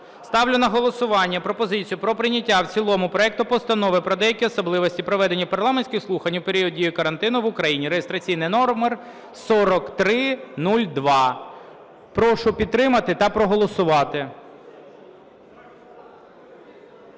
Ставлю на голосування пропозицію про прийняття в цілому проекту Постанови про деякі особливості проведення парламентських слухань у період дії карантину в Україні (реєстраційний номер 4302). Прошу підтримати та проголосувати.